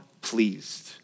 pleased